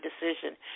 decision